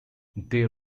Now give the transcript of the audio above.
they